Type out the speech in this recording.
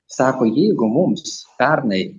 sako jeigu mums pernai